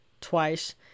twice